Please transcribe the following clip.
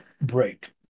break